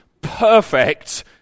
perfect